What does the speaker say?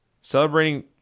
Celebrating